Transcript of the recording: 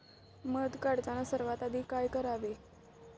मध काढताना सगळ्यात आधी काय करावे?